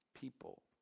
People